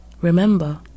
Remember